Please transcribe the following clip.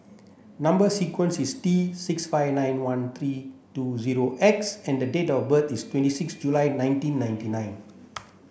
number sequence is T six five nine one three two zero X and date of birth is twenty six July nineteen ninety nine